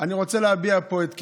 אני רוצה להביע פה את כאבי.